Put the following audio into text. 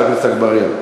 חבר הכנסת אגבאריה,